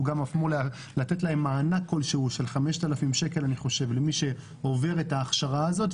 שהוא גם אמור לתת להם מענק של 5,000 שקלים למי שעובר את ההכשרה הזאת,